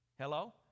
Hello